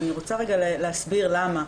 ואני רוצה להסביר למה.